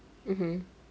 mmhmm